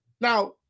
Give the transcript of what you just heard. Now